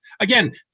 Again